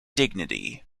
dignity